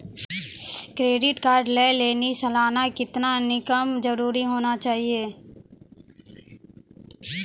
Credit card लय लेली सालाना कितना इनकम जरूरी होना चहियों?